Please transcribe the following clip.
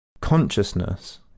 Consciousness